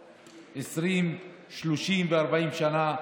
20, 30 ו-40 שנה,